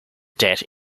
debt